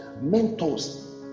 mentors